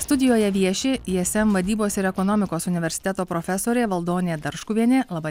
studijoje vieši ism vadybos ir ekonomikos universiteto profesorė valdonė darškuvienė laba